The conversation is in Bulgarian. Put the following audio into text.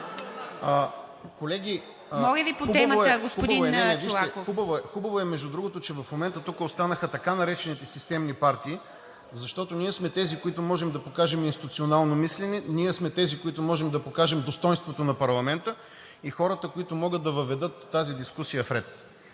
Вижте, хубаво е, между другото, че в момента тук останаха така наречените системни партии, защото ние сме тези, които можем да покажем институционално мислене, ние сме тези, които можем да покажем достойнството на парламента и хората, които могат да въведат тази дискусия в ред.